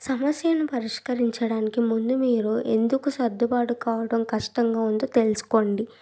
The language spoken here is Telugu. సమస్యను పరిష్కరించడానికి ముందు మీరు ఎందుకు సర్దుబాటు కావడం కష్టంగా ఉందో తెలుసుకోండి